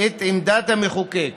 את עמדת המחוקק